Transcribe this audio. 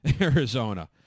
Arizona